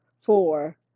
four